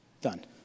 done